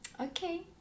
Okay